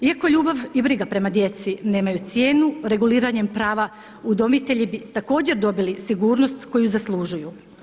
Iako ljubav i briga prema djeci nemaju cijenu, reguliranjem prava udomitelji bi također dobili sigurnost koju zaslužuju.